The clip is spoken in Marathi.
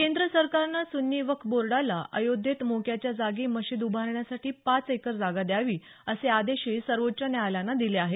केंद्र सरकारनं सुन्नी वक्फ बोर्डाला आयोध्येत मोक्याच्या जागी मशीद उभारण्यासाठी पाच एकर जागा द्यावी असे आदेशही सर्वोच्च न्यायालयानं दिले आहेत